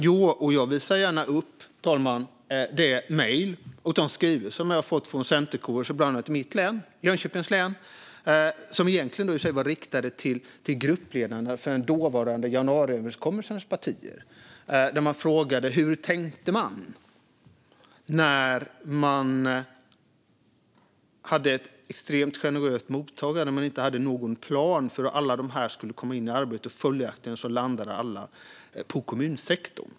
Fru talman! Jag visar gärna upp de mejl och skrivelser som jag har fått från centerpartistiska kommunstyrelseordförande, bland annat i mitt län, Jönköpings län, och som egentligen var riktade till gruppledarna för den dåvarande januariöverenskommelsens partier. De frågade: Hur tänkte man när man hade ett extremt generöst mottagande men ingen plan för hur alla dessa skulle komma in i arbete, så att alla följaktligen landade på kommunsektorn?